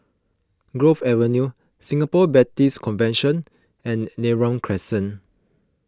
Grove Avenue Singapore Baptist Convention and Neram Crescent